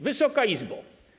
Wysoka Izbo!